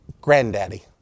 granddaddy